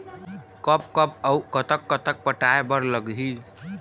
कब कब अऊ कतक कतक पटाए बर लगही